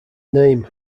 name